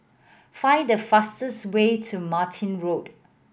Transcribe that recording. find the fastest way to Martin Road